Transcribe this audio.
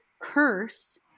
curse